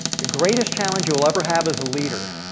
the greatest challenge you will ever have as a leader